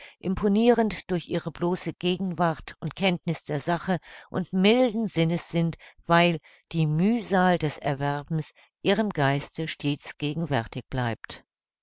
imponirend durch ihre bloße gegenwart und kenntniß der sache und milden sinnes sind weil die mühsal des erwerbens ihrem geiste stets gegenwärtig bleibt